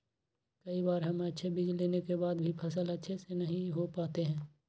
कई बार हम अच्छे बीज लेने के बाद भी फसल अच्छे से नहीं हो पाते हैं?